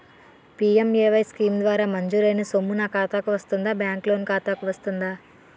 PMAY scheme ద్వారా మంజూరైన సొమ్ము నా ఖాతా కు వస్తుందాబ్యాంకు లోన్ ఖాతాకు వస్తుందా?